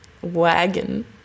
Wagon